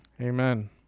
Amen